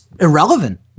irrelevant